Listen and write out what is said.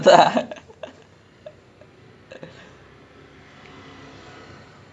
so um I think என்ன பொறுத்த வரைக்கும்:enna porutha varaikkum lah like no competition ah dosa lah